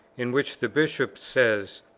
in which the bishop says,